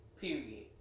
Period